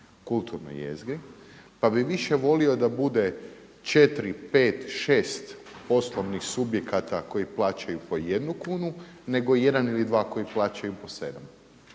kulturnoj jezgri, pa bih više volio da bude 4, 5, 6 poslovnih subjekata koji plaćaju po jednu kunu, nego jedan ili dva koji plaćaju po sedam.